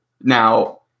Now